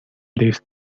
these